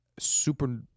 super